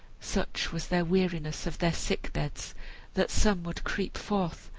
such was their weariness of their sick beds that some would creep forth,